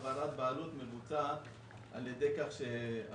העברת בעלות מבוצעת על-ידי כך,